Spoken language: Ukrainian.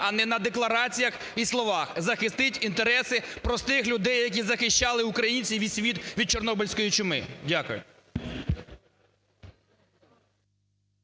а не на деклараціях і словах захистить інтереси простих людей, які захищали українців і світ від чорнобильської чуми? Дякую.